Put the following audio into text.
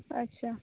ᱟᱪᱷᱟ